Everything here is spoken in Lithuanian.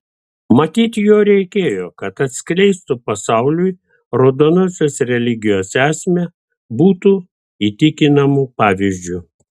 matyt jo reikėjo kad atskleistų pasauliui raudonosios religijos esmę būtų įtikinamu pavyzdžiu